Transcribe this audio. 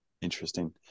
Interesting